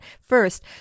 first